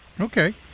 Okay